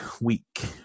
week